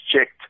checked